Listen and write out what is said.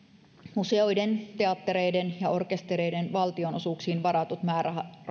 museoiden teattereiden ja orkestereiden valtionosuuksiin varatut määrärahat